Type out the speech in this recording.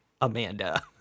Amanda